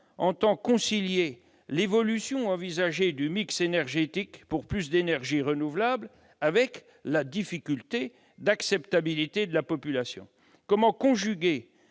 entend-il concilier l'évolution envisagée du mix énergétique, pour plus d'énergies renouvelables, avec la difficulté liée à son acceptabilité dans la population ? Comment, enfin, conjuguer